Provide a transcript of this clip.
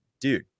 dude